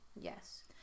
Yes